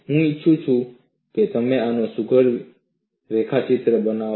હું ઈચ્છું છું કે તમે આનો સુઘડ રેખાચિત્ર બનાવો